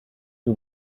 who